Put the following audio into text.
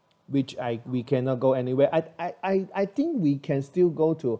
which I we cannot go anywhere I'd I I think we can still go to